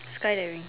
sky diving